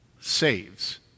saves